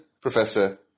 Professor